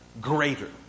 greater